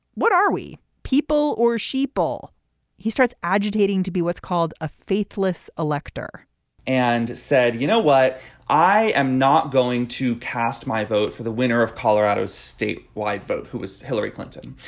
what are we people or sheeple he starts agitating to be what's called a faithless elector and said you know what i am not going to cast my vote for the winner of colorado's state wide vote. who is hillary clinton.